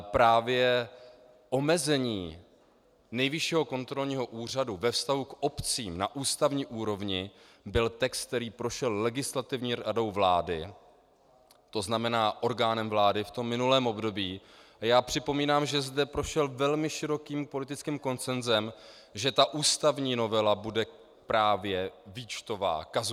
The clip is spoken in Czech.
Právě omezení Nejvyššího kontrolního úřadu ve vztahu k obcím na ústavní úrovni byl text, který prošel Legislativní radou vlády, to znamená orgánem vlády, v tom minulém období, a já připomínám, že zde prošel velmi širokým politickým konsensem, že ta ústavní novela bude právě výčtová, kazuistická.